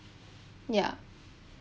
yeah